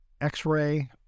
X-ray